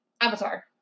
Avatar